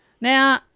Now